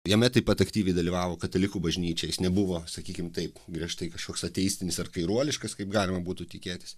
jame taip pat aktyviai dalyvavo katalikų bažnyčia jis nebuvo sakykim taip griežtai kažkoks ateistinis ar kairuoliškas kaip galima būtų tikėtis